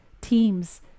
teams